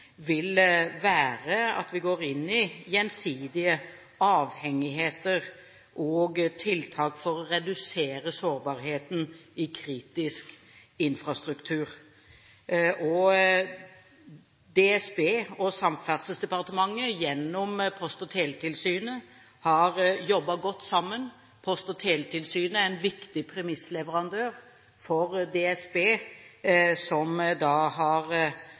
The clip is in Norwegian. være at vi går inn i gjensidige avhengigheter og tiltak for å redusere sårbarheten i kritisk infrastruktur. DSB og Samferdselsdepartementet, gjennom Post- og teletilsynet, har jobbet godt sammen. Post- og teletilsynet er en viktig premissleverandør for DSB, som da har